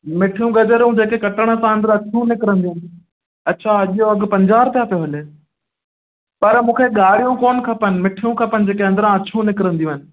मिठियूं गजरूं जेके कटण सां अंदिरा अछियूं निकिरंदियूं अच्छा अॼु जो अघु पंजाह रुपया पियो हले पर मूंखे ॻाढ़ियूं कोन खपनि मिठियूं खपनि जेके अंदिरा अछियूं निकिरंदियूं आहिनि